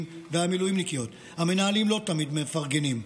והמילואימניקיות: המנהלים לא תמיד מפרגנים,